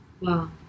Wow